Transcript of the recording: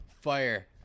Fire